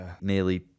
nearly